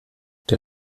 der